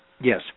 Yes